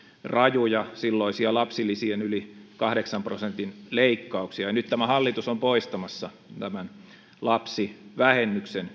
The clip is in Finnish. rajuja silloisia lapsilisien yli kahdeksan prosentin leikkauksia nyt tämä hallitus on poistamassa lapsivähennyksen